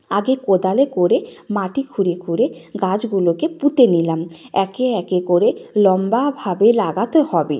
আগে কোদালে করে মাটি খুঁড়ে খুঁড়ে গাছগুলোকে পুঁতে নিলাম একে একে করে লম্বা ভাবে লাগাতে হবে